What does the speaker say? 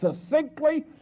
succinctly